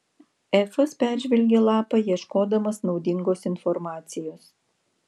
efas peržvelgė lapą ieškodamas naudingos informacijos